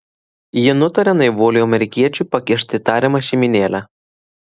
ji nutaria naivuoliui amerikiečiui pakišti tariamą šeimynėlę